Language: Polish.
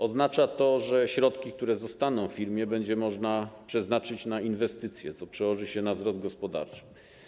Oznacza to, że środki, które zostaną w firmie, będzie można przeznaczyć na inwestycje, co przełoży się na wzrost gospodarczy.